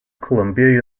columbia